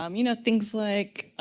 um you know, things like,